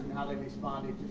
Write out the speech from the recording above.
how they responded.